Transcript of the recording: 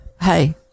hey